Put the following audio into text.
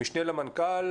המשנה למנכ"ל